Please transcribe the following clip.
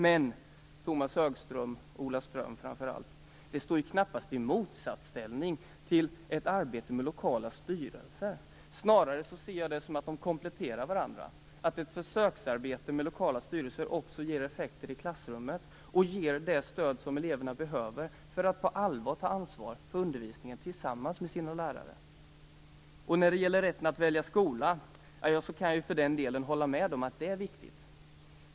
Men detta, Tomas Högström och framför allt Ola Ström, står ju knappast i motsatsställning till lokala styrelser! Jag ser det som att de snarare kompletterar varandra. Ett försöksarbete med lokala styrelser ger också effekter i klassrummet och ger det stöd som eleverna behöver för att på allvar kunna ta ansvar för undervisningen tillsammans med sina lärare. Jag kan hålla med om att rätten att välja skola är viktig.